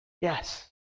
Yes